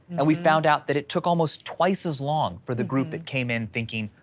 and we found out that it took almost twice as long for the group that came in thinking,